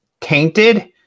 tainted